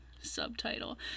subtitle